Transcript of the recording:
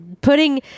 putting